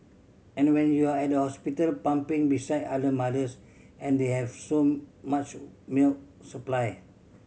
and when you're at hospital pumping beside other mothers and they have so much milk supply